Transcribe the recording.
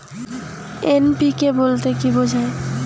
NPK বলতে কী বোঝায়?